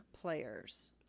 players